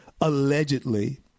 allegedly